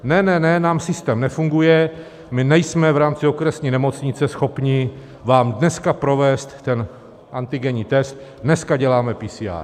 Ne, ne, ne, nám systém nefunguje, my nejsme v rámci okresní nemocnice schopni vám dneska provést ten antigenní test, dneska děláme PCR.